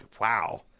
wow